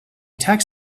tax